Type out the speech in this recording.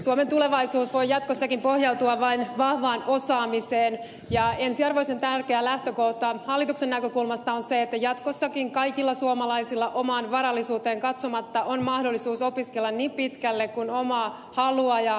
suomen tulevaisuus voi jatkossakin pohjautua vain vahvaan osaamiseen ja ensiarvoisen tärkeä lähtökohta hallituksen näkökulmasta on se että jatkossakin kaikilla suomalaisilla omaan varallisuuteen katsomatta on mahdollisuus opiskella niin pitkälle kuin omaa halua ja taipumuksia riittää